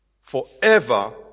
forever